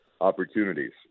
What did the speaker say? opportunities